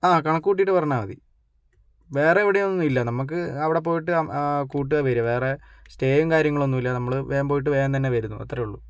ആ കണക്ക് കൂട്ടിയിട്ട് പറഞ്ഞാൽ മതി വേറെ എവ്വിടെയൊന്നും ഇല്ല നമുക്ക് അവിടെ പോയിട്ട് കൂട്ടുക വരിക വേറെ സ്റ്റേയും കാര്യങ്ങളൊന്നുമില്ല നമ്മൾ വേഗം പോയിട്ട് വേഗം തന്നെ വരുന്നു അത്രയേ ഉള്ളൂ